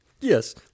Yes